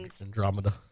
Andromeda